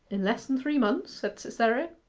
in less than three months said cytherea.